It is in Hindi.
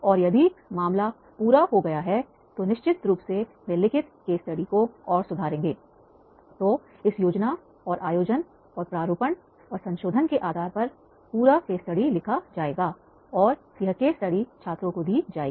और यदि मामला पूरा हो गया है तो निश्चित रूप से वे लिखित केस स्टडी को और सुधारेंगे तो इस योजना और आयोजन और प्रारूपण और संशोधन के आधार पर पूरा केस स्टडी लिखा जाएगा और यह केस स्टडी छात्रों को दी जाएगी